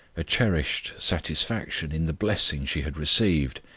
a cherished satisfaction in the blessing she had received,